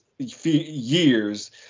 Years